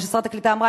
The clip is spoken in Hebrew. כמו ששרת הקליטה אמרה,